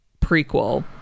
prequel